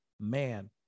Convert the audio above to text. man